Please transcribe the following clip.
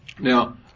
Now